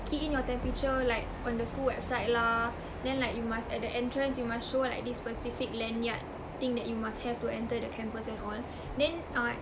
key in your temperature like on the school website lah then like you must at the entrance you must show like this specific lanyard thing that you must have to enter the campus and all then ah